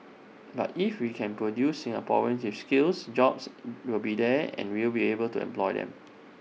but if we can produce Singaporeans with skills jobs will be there and we will be able to employ them